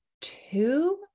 two